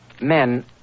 men